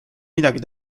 midagi